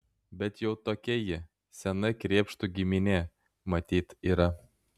bet jau tokia ji sena krėpštų giminė matyt yra